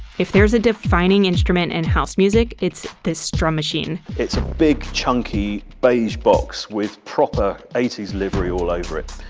if there's a defining instrument in and house music it's this drum machine. it's a big chunky beige box with proper eighty s livery all over it.